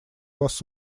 вас